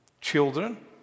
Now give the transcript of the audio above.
children